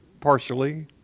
partially